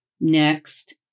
next